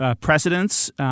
precedents